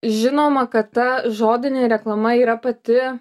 žinoma kad ta žodinė reklama yra pati